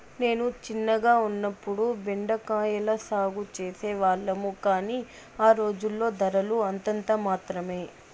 నేను చిన్నగా ఉన్నప్పుడు బెండ కాయల సాగు చేసే వాళ్లము, కానీ ఆ రోజుల్లో ధరలు అంతంత మాత్రమె